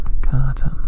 Carton